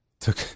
Took